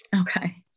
Okay